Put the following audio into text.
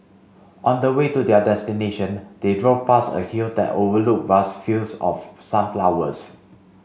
on the way to their destination they drove past a hill that overlooked vast fields of sunflowers